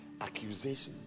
accusations